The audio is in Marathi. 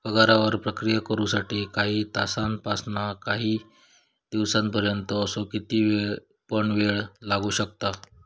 पगारावर प्रक्रिया करु साठी काही तासांपासानकाही दिसांपर्यंत असो किती पण येळ लागू शकता